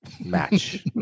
match